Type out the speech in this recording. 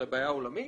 אלא בעיה עולמית,